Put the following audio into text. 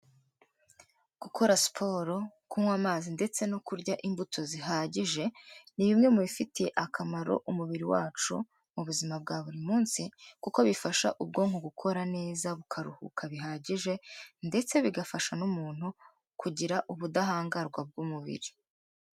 Gukora siporo kunywa amazi ndetse no kurya imbuto zihagije, ni bimwe mu bifitiye akamaro umubiri wacu mu buzima bwa buri munsi kuko bifasha ubwonko gukora neza bukaruhuka bihagije ndetse bigafasha n'umuntu kugira ubudahangarwa bw'umubiri.